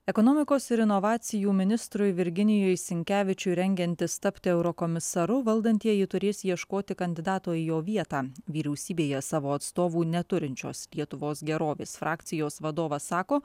ekonomikos ir inovacijų ministrui virginijui sinkevičiui rengiantis tapti eurokomisaru valdantieji turės ieškoti kandidato į jo vietą vyriausybėje savo atstovų neturinčios lietuvos gerovės frakcijos vadovas sako